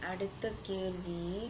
அடுத்த கேள்வி:adutha kelvi